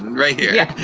and right here. yeah